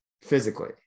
physically